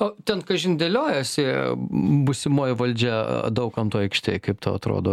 o ten kažin dėliojosi būsimoji valdžia daukanto aikštėj kaip tau atrodo